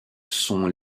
sont